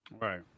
Right